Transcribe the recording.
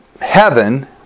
heaven